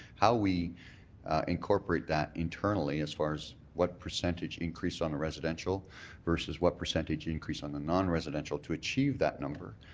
how we incorporate that internally as far as what percentage increased on a residential versus what percentage increase on the non-residential to achieve that number,